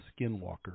Skinwalker